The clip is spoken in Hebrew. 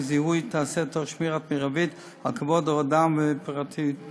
זיהוי תיעשה תוך שמירה מרבית על כבוד האדם ופרטיותו.